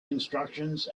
instructions